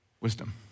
wisdom